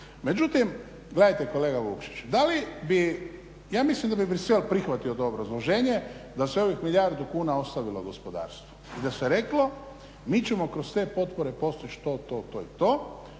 Međutim gledajte kolega Vukšić, da li bi, ja mislim da bi Bruxelles prihvatio ovo obrazloženje da se ovih milijardu kuna ostavilo gospodarstvu i da se reklo mi ćemo kroz te potpore postići to, to i to,